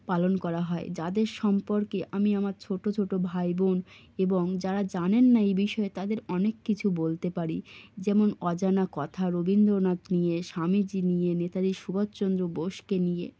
পালন করা হয় যাদের সম্পর্কে আমি আমার ছোট ছোট ভাই বোন এবং যারা জানেন না এই বিষয়ে তাদের অনেক কিছু বলতে পারি যেমন অজানা কথা রবীন্দ্রনাথ নিয়ে স্বামীজি নিয়ে নেতাজি সুভাষচন্দ্র বোসকে নিয়ে